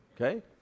Okay